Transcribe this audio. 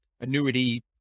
annuity